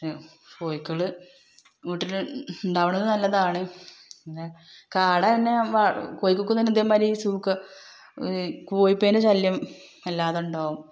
പക്ഷെ കോഴികൾ വീട്ടിൽ ഉണ്ടാവുന്നത് നല്ലതാണ് പിന്നെ കാട എന്നെ കോഴികൾക്കും തന്നെ ഇതേ മാതിരി സൂക്കേട് കോഴി പേനിൻ്റെ ശല്യം വല്ലാതെ ഉണ്ടാവും